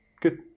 Good